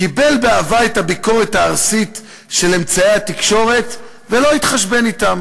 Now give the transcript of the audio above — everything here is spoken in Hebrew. קיבל באהבה את הביקורת הארסית של אמצעי התקשורת ולא התחשבן אתם.